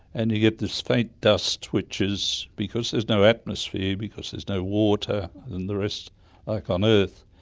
and you get this faint dust which is. because there's no atmosphere, because there's no water and the rest like on earth,